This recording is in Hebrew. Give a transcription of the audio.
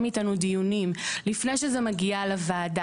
איתנו דיונים לפני שזה מגיע לוועדה.